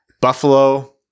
Buffalo